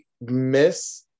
miss